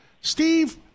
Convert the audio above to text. Steve